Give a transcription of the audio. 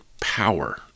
power